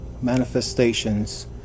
manifestations